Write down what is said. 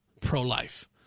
pro-life